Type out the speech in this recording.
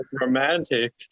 Romantic